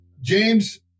James